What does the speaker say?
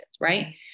right